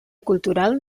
cultural